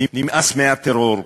נמאס מהטרור,